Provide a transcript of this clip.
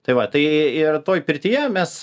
tai va tai ir toj pirtyje mes